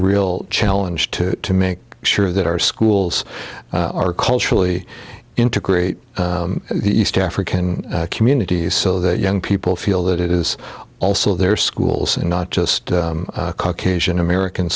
real challenge to make sure that our schools are culturally integrate the east african communities so that young people feel that it is also their schools and not just caucasian american